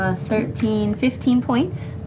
ah thirteen, fifteen points.